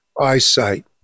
eyesight